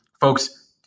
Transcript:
folks